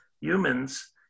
humans